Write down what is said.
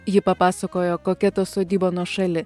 ji papasakojo kokia ta sodyba nuošali